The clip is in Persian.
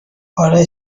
اره